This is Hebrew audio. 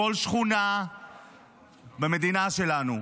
בכל שכונה במדינה שלנו.